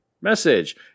message